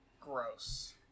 gross